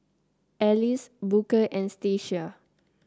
Alyse Booker and Stacia